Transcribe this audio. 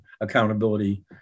accountability